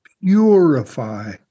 purify